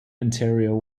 interior